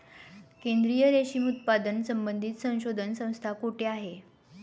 केंद्रीय रेशीम उत्पादन संबंधित संशोधन संस्था कोठे आहे?